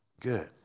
good